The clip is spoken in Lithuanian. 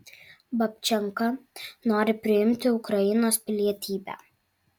babčenka nori priimti ukrainos pilietybę